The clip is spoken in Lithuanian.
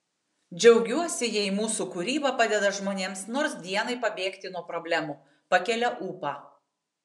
džiaugiuosi jei mūsų kūryba padeda žmonėms nors dienai pabėgti nuo problemų pakelia ūpą